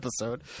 episode